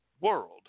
world